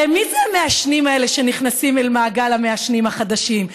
הרי מי אלה המעשנים האלה שנכנסים אל מעגל המעשנים החדשים?